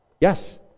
Yes